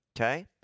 Okay